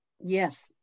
yes